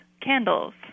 candles